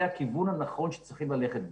זה הכיוון הנכון שצריכים ללכת בו.